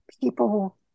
people